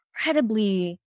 incredibly